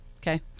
Okay